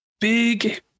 big